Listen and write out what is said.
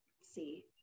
see